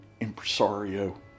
Impresario